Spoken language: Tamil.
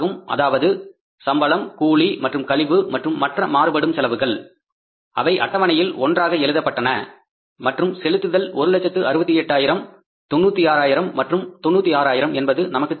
அதாவது சம்பளம் கூலி மற்றும் கழிவு மற்றும் மற்ற மாறுபடும் செலவுகள் அவை அட்டவணையில் ஒன்றாக எழுதப்பட்டன மற்றும் அந்த செலுத்துதல் 1 லட்சத்து 68 ஆயிரம் 96 ஆயிரம் மற்றும் 96 ஆயிரம் என்பது நமக்குத் தெரியும்